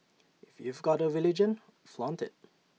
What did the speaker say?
if you've got A religion flaunt IT